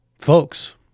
Folks